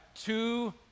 two